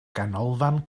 ganolfan